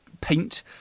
paint